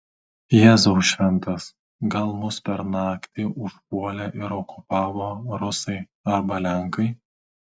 jėzau šventas gal mus per naktį užpuolė ir okupavo rusai arba lenkai